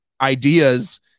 ideas